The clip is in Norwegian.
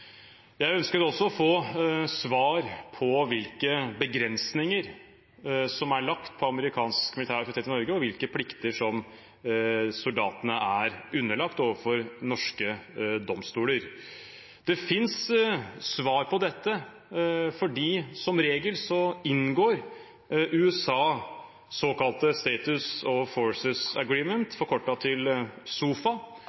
Jeg ønsket også å få svar på hvilke begrensninger som er lagt på amerikansk militær aktivitet i Norge, og hvilke plikter soldatene er underlagt overfor norske domstoler. Det finnes svar på dette, for som regel inngår USA såkalte